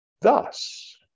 Thus